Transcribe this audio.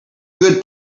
good